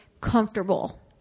comfortable